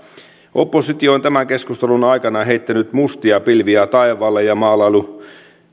oppositio on tämän keskustelun aikana heittänyt mustia pilviä taivaalle ja maalaillut